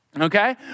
Okay